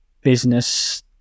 business